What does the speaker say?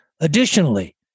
Additionally